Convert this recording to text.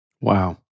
Wow